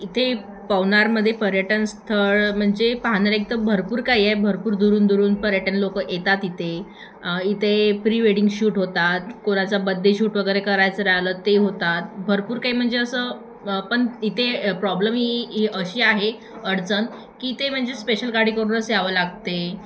इथे पवनारमध्ये पर्यटन स्थळ म्हणजे पाहण्यालायक एकदम भरपूर काही आहे भरपूर दुरून दुरून पर्यटन लोकं येतात इथे इथे प्री वेडिंग शूट होतात कोणाचा बड्डे शूट वगैरे करायचं राहिलं ते होतात भरपूर काही म्हणजे असं पण इथे प्रॉब्लम ही ही अशी आहे अडचण की ते म्हणजे स्पेशल गाडी करूनच यावं लागते